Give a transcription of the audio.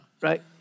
right